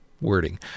wording